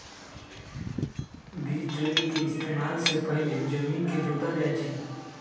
बीज ड्रिल के इस्तेमाल से पहिले जमीन के जोतल जाई छई